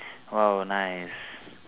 !wow! nice